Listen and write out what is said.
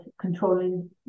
controlling